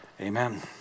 Amen